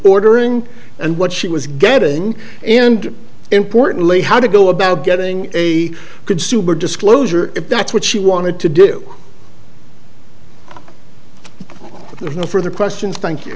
ordering and what she was getting and importantly how to go about getting a consumer disclosure if that's what she wanted to do but there's no further questions thank you